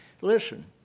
Listen